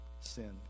sin